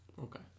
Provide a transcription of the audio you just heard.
Okay